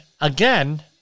again